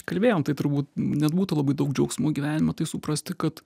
kalbėjom tai turbūt nebūtų labai daug džiaugsmo gyvenime tai suprasti kad